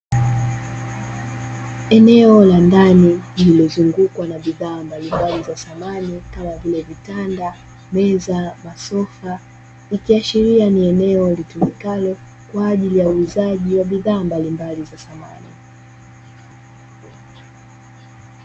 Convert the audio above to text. Eneo la ndani lililozungukwa na bidhaa mbalimbali za samani kama vile: vitanda, meza, masofa. Ikiashiria ni eneo litumikalo kwa ajili ya uuzaji wa bidhaa mbalimbali za samani.